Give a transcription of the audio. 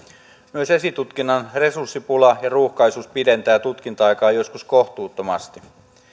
myös esitutkinnan resurssipula ja ruuhkaisuus pidentävät tutkinta aikaa joskus kohtuuttomasti